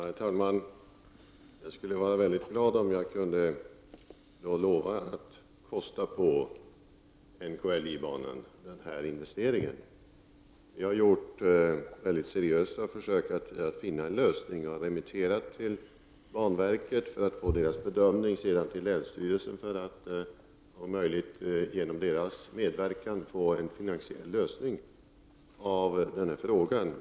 Herr talman! Jag skulle bli mycket glad om jag kunde lova att kosta på NKLJ-banan den här investeringen. Jag har gjort mycket seriösa försök att finna en lösning. Jag har remitterat frågan till banverket för att få verkets bedömning och därefter till länsstyrelsen för att om möjligt genom dess medverkan nå en finansiell lösning av den här frågan.